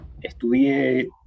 estudié